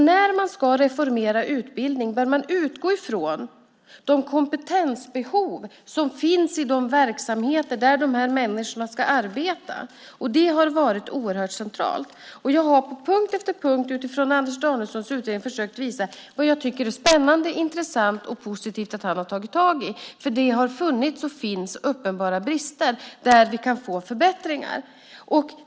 När man ska reformera utbildning bör man utgå från de kompetensbehov som finns i de verksamheter där dessa människor ska arbeta. Det har varit oerhört centralt. Jag har på punkt efter punkt utifrån Anders Danielssons utredning försökt att visa vad jag tycker är spännande, intressant och positivt att han har tagit tag i. Det har funnits och finns uppenbara brister där vi kan få förbättringar.